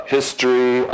History